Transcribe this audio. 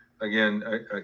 again